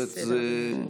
בסדר.